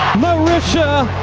marisha